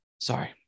Sorry